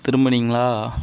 திரும்பினிங்களா